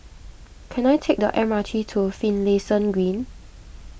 can I take the M R T to Finlayson Green